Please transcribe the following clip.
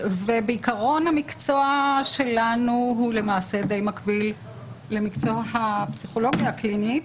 בעיקרון המקצוע שלנו די מקביל למקצוע הפסיכולוגיה הקלינית,